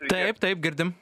taip taip girdim